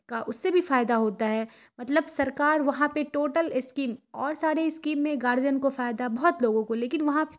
کا اس سے بھی فائدہ ہوتا ہے مطلب سرکار وہاں پہ ٹوٹل اسکیم اور سارے اسکیم میں گارجین کو فائدہ بہت لوگوں کو لیکن وہاں